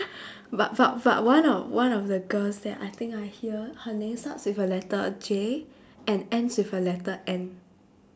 but but but one of one of the girls that I think I hear her name starts with a letter J and ends with a letter N